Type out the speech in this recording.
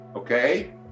Okay